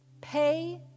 Pay